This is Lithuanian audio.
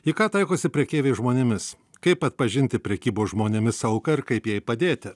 į ką taikosi prekeiviai žmonėmis kaip atpažinti prekybos žmonėmis auką ir kaip jai padėti